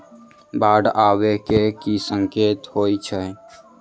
बाढ़ आबै केँ की संकेत होइ छै?